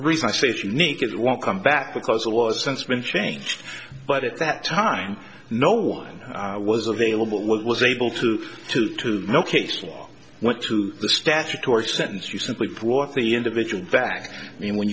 reason i say it's unique it won't come back because the laws since been changed but at that time no one was available was able to to to no case law went to the statutory sentence you simply brought the individual back i mean when